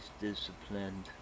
disciplined